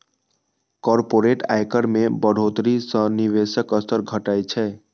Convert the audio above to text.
corporate आयकर मे बढ़ोतरी सं निवेशक स्तर घटै छै